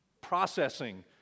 processing